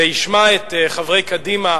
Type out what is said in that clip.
וישמע את חברי קדימה,